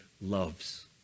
loves